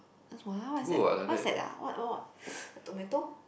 what is that what's that ah what what tomato